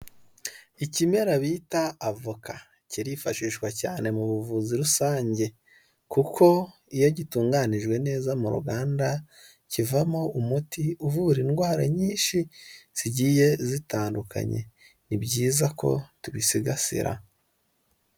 Ikimera bita avoka kirifashishwa cyane mu buvuzi rusange, kuko iyo gitunganijwe neza mu ruganda, kivamo umuti uvura indwara nyinshi zigiye zitandukanye, ni byiza ko tubisigasira.